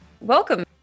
Welcome